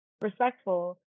respectful